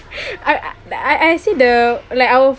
I I see the like our